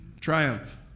Triumph